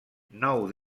nou